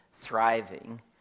thriving